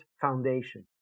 foundation